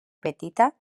petita